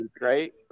right